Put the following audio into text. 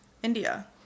India